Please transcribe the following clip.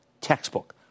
textbook